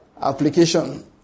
application